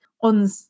on